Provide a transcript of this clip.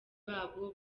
babo